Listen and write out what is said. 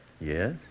Yes